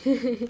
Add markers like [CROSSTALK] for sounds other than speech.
[LAUGHS]